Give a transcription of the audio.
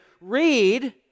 read